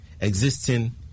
existing